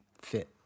fit